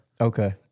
Okay